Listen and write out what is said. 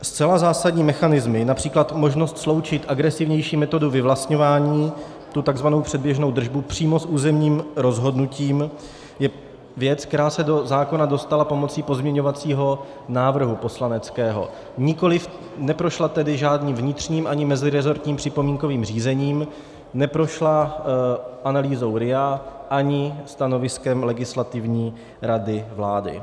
Zcela zásadní mechanismy, např. možnost sloučit agresivnější metodu vyvlastňování, tu tzv. předběžnou držbu, přímo s územním rozhodnutím, je věc, která se do zákona dostala pomocí pozměňovacího poslaneckého návrhu, neprošla tedy žádným vnitřním ani meziresortním připomínkovým řízením, neprošla analýzou RIA ani stanoviskem Legislativní rady vlády.